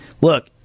look